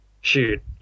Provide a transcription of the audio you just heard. shoot